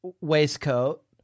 waistcoat